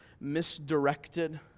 misdirected